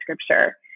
scripture